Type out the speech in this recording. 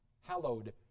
hallowed